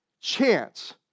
chance